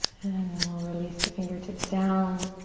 and then we'll release the fingertips down.